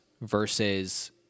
versus